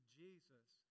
jesus